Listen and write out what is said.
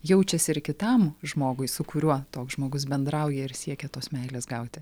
jaučiasi ir kitam žmogui su kuriuo toks žmogus bendrauja ir siekia tos meilės gauti